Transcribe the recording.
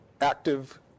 active